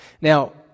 Now